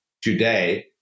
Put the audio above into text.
today